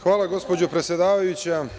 Hvala, gospođo predsedavajuća.